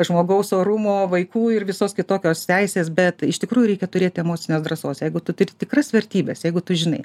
žmogaus orumo vaikų ir visos kitokios teisės bet iš tikrųjų reikia turėt emocinės drąsos jeigu tu turi tikras vertybes jeigu tu žinai